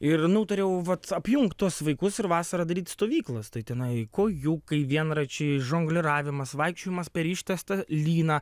ir nutariau vat apjungt tuos vaikus ir vasarą daryt stovyklas tai tenai kojūkai vienračiai žongliravimas vaikščiojimas per ištiestą lyną